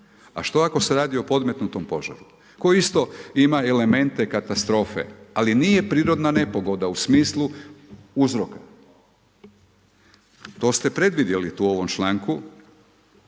a što ako se radi o podmetnutom požaru, koji isto ima elemente katastrofe, ali nije prirodna nepogoda, u smislu uzrok. To ste predvidjeli tu u ovom članku,